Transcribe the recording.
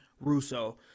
Russo